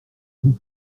vous